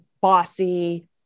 bossy